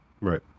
Right